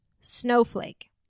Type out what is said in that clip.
snowflake